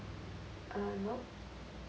uh nope